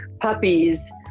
puppies